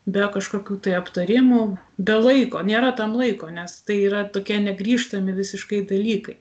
be kažkokių tai aptarimų be laiko nėra tam laiko nes tai yra tokie negrįžtami visiškai dalykai